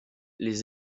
les